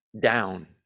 down